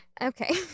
Okay